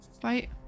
fight